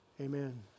Amen